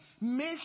Make